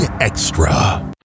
Extra